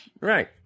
Right